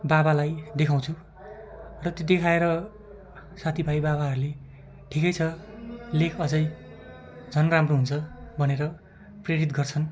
बाबालाई देखाउँछु र त्यो देखाएर साथीभाइ बाबाहरूले ठिकै छ लेख अझै झन् राम्रो हुन्छ भनेर प्रेरित गर्छन्